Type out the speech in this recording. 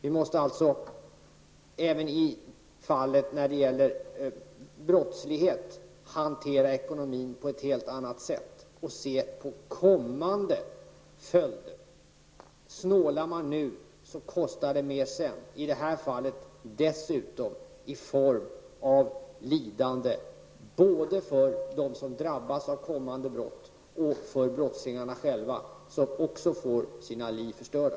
Vi måste således även i fall som rör brottslighet hantera ekonomin på ett helt annat sätt än nu och se till kommande följder. Snålar man nu, så kostar det mer sedan. I dessa fall kostar det mer i form av lidande både för dem som drabbas av kommande brott och för brottslingarna själva, som också får sina liv förstörda.